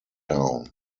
town